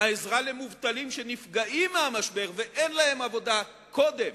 העזרה למובטלים שנפגעים מהמשבר ואין להם עבודה קודם.